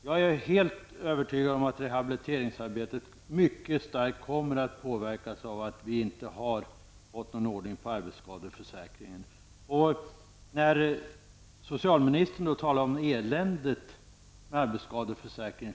Jag är helt övertygad om att rehabiliteringsarbetet kommer att påverkas mycket starkt av att det inte har blivit någon ordning på arbetsskadeförsäkringen. Socialministern talade om eländet med arbetsskadeförsäkringen.